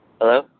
Hello